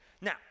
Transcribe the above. Now